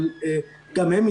אבל גם הם,